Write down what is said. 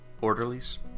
Orderlies